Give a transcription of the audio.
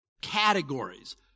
categories